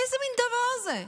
איזה מין דבר זה?